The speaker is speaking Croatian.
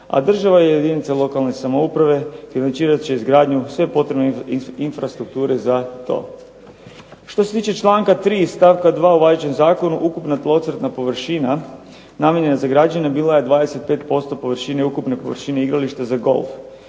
a državna jedinica lokalne samouprave financirat će izgradnju sve potrebne infrastrukture za to. Što se tiče čl. 3. stavka 2. u važećem zakonu ukupna tlocrtna površina namijenjena za građenje bila je 25% površine ukupne površine igrališta za golf.